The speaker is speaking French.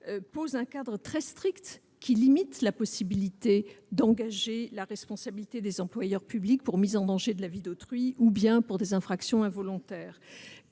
pose un cadre très strict qui limite la possibilité d'engager la responsabilité des employeurs publics pour mise en danger de la vie d'autrui ou bien pour des infractions involontaires.